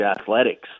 athletics